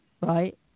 right